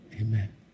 amen